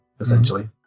essentially